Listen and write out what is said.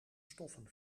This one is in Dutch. stoffen